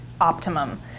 optimum